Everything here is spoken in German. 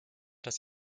das